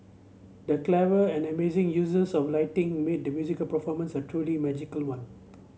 the clever and amazing uses of lighting made the musical performance a truly magical one